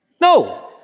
No